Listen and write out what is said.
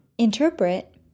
Interpret